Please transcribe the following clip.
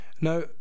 Now